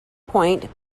point